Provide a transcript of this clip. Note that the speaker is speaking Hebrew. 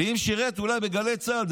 ואם שירת, אולי בגלי צה"ל.